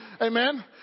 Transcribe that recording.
Amen